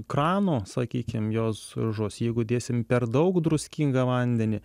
krano sakykim jos žus jeigu dėsim per daug druskingą vandenį